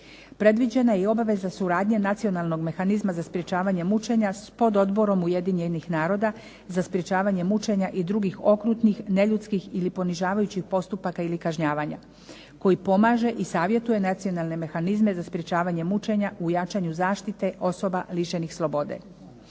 Predviđena je i obaveza suradnje nacionalnog mehanizma za sprječavanje mučenja s pododborom Ujedinjenih naroda za sprječavanje mučenja i drugih okrutnih neljudskih ili ponižavajućih postupaka ili kažnjavanja koji pomaže ili savjetuje nacionalne mehanizme u sprečavanju mučenja u jačanju zaštite osoba lišenih slobode.